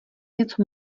něco